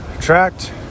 tracked